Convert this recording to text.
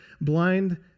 blind